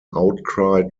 outcry